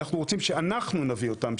אנחנו רוצים שאנחנו נביא אותם.